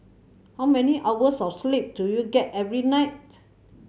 how many hours of sleep do you get every night